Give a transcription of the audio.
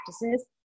practices